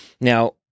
Now